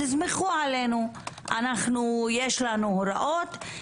יש לנו הוראות,